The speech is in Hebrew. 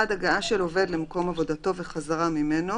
(1) הגעה של עובד למקום עבודתו וחזרה ממנו"